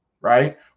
right